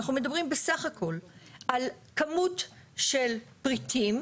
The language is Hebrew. אנחנו מדברים בסך הכל על כמות של פריטים,